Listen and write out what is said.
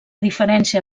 diferència